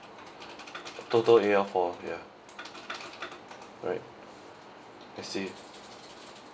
total A_L four ya alright I see